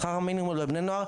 עכשיו העלו את השכר לבני הנוער,